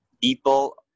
people